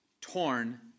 torn